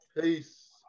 Peace